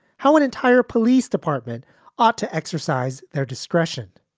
how an entire police department ought to exercise their discretion.